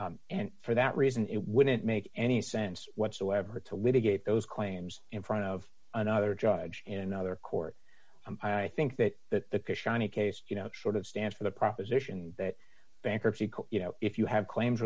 and for that reason it wouldn't make any sense whatsoever to litigate those claims in front of another judge in another court i think that that that the shiny case you know sort of stands for the proposition that bankruptcy court you know if you have claim